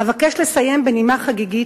אבקש לסיים בנימה חגיגית.